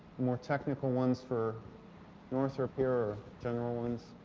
more technical ones for northrop here, or general ones.